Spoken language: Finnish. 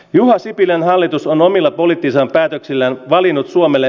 juha sipilän hallitus on omilla poliittiseen päätöksillä valinnut suomelle